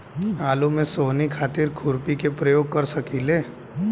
आलू में सोहनी खातिर खुरपी के प्रयोग कर सकीले?